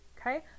Okay